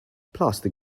plastic